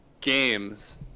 games